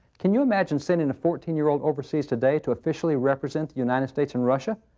can you imagine sending a fourteen year old overseas today to officially represent the united states in russia?